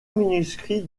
manuscrits